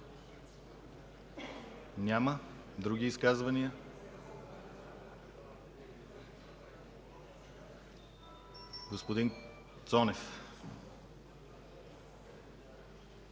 Няма. Други изказвания? Господин Кадиев,